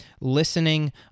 listening